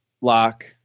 lock